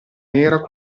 nera